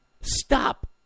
stop